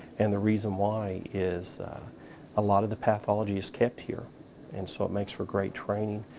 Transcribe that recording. and the reason why is a lot of the pathology is kept here and so it makes for great training.